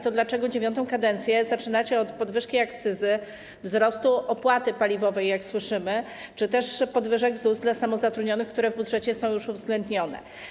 To dlaczego IX kadencję zaczynacie od podwyżki akcyzy, wzrostu opłaty paliwowej - jak słyszymy - czy też podwyżek ZUS dla samozatrudnionych, które w budżecie są już uwzględnione?